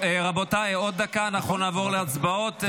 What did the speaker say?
רבותיי, בעוד דקה נעבור להצבעות.